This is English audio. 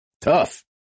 tough